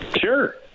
Sure